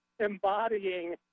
embodying